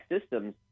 systems